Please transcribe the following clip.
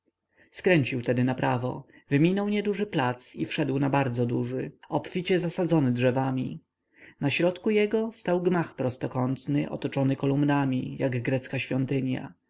skręcił tedy naprawo wyminął nieduży plac i wszedł na bardzo duży obficie zasadzony drzewami na środku jego stał gmach prostokątny otoczony kolumnami jak grecka świątynia